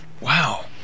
Wow